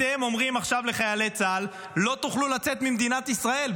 אתם אומרים עכשיו לחיילי צה"ל: לא תוכלו לצאת ממדינת ישראל.